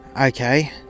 okay